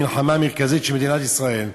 המלחמה המרכזית של מדינת ישראל,